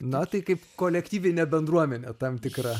na tai kaip kolektyvinė bendruomenė tam tikra